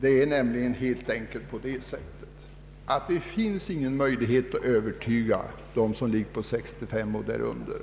Det är nämligen på det sättet att det inte finns någon möjlighet att övertyga dem som nu får pension vid 65 år eller tidigare